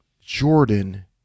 Jordan